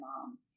mom